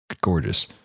gorgeous